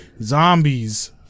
zombies